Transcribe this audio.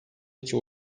iki